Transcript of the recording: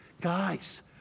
guys